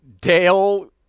Dale